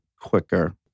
quicker